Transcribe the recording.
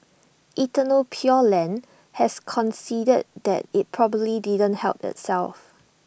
eternal pure land has conceded that IT probably didn't help itself